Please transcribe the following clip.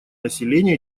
населения